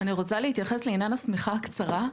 אני רוצה להתייחס לעניין השמיכה הקצרה.